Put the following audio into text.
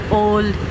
old